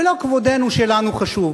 ולא כבודנו שלנו חשוב.